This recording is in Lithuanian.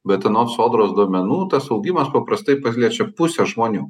bet anot sodros duomenų tas augimas paprastai paliečia pusę žmonių